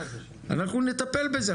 אנחנו נטפל בזה.